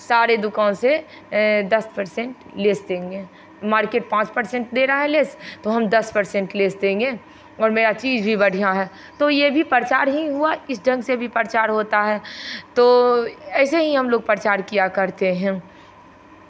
सारे दुकान से दस पर्सेंट लेस देंगे मार्केट पाँच पर्सेंट दे रहा है लेस तो हम दस पर्सेंट लेस देंगे और मेरा चीज़ भी बढ़ियाँ है तो ये भी प्रचार ही हुआ इस ढंग से भी प्रचार होता है तो ऐसे ही हम लोग प्रचार किया करते हैं